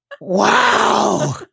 Wow